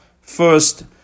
first